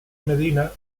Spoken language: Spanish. medina